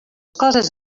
coses